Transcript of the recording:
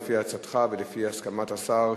לפי עצתך ולפי הסכמת השר,